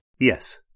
Yes